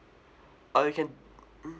uh you can mm